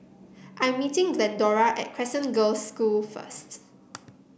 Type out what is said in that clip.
i am meeting Glendora at Crescent Girls' School first